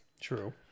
True